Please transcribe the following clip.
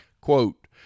Quote